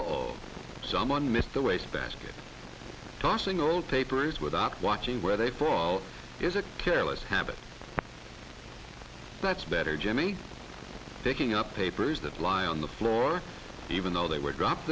clean someone missed the wastebasket tossing all tapers without watching where they fall is a careless habit that's better jimmy taking up papers that lie on the floor even though they were dropped